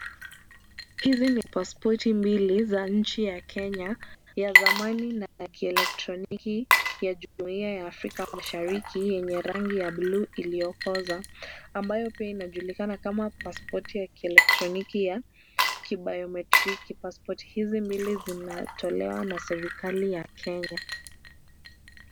Hizi ni pasipoti mbili za nchi ya Kenya, ya zamani na ya kielektroniki ya jumuia ya Afrika mashariki, yenye rangi ya buluu iliyokoza ambayo pia inajulikana kama pasipoti ya kielektoniki ya kibayometriki. Pasipoti hizi mbili zinatolewa na serikali ya Kenya.